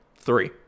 three